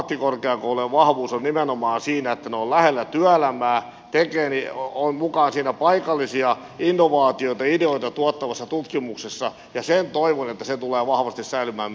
kyllä ammattikorkeakoulujen vahvuus on nimenomaan siinä että ne ovat lähellä työelämää ovat mukana siinä paikallisia innovaatioita ideoita tuottavassa tutkimuksessa ja toivon että se tulee vahvasti säilymään myös jatkossa